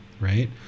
right